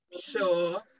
sure